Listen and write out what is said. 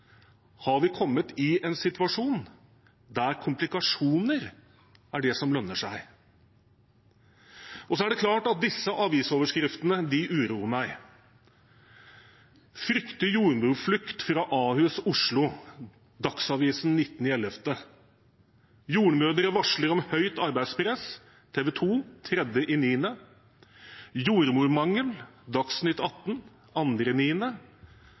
Har vi kommet i en situasjon der komplikasjoner er det som lønner seg? Det er klart at disse avisoverskriftene uroer meg: «Frykter jordmorflukt fra A-hus», Dagsavisen den 19. november. «Jordmødre varsler om høyt arbeidspress»,